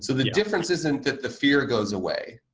so the difference isn't that the fear goes away.